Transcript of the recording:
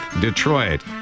Detroit